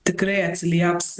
tikrai atsilieps